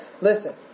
listen